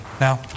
Now